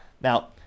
now